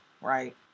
right